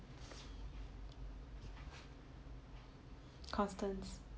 constance